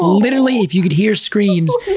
literally if you could hear screams,